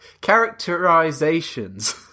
characterizations